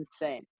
insane